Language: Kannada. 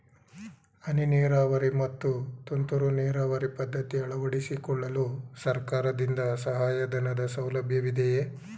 ಹನಿ ನೀರಾವರಿ ಮತ್ತು ತುಂತುರು ನೀರಾವರಿ ಪದ್ಧತಿ ಅಳವಡಿಸಿಕೊಳ್ಳಲು ಸರ್ಕಾರದಿಂದ ಸಹಾಯಧನದ ಸೌಲಭ್ಯವಿದೆಯೇ?